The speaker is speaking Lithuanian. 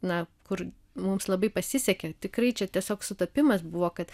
na kur mums labai pasisekė tikrai čia tiesiog sutapimas buvo kad